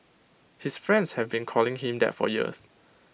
his friends have been calling him that for years